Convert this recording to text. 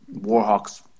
Warhawks